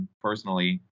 personally